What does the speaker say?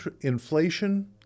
inflation